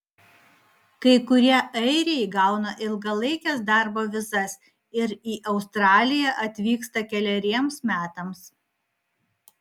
kai kurie airiai gauna ilgalaikes darbo vizas ir į australiją atvyksta keleriems metams